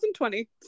2020